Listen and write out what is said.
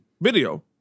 video